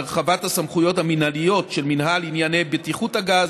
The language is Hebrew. הרחבת הסמכויות המינהליות של מינהל ענייני בטיחות הגז,